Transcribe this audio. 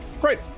Great